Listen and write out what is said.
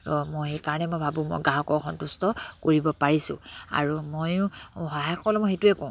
ত মই সেইকাৰণে মই ভাবোঁ মই গ্ৰাহকক সন্তুষ্ট কৰিব পাৰিছোঁ আৰু মই সহায়কসকলক মই সেইটোৱে কওঁ